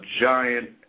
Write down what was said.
giant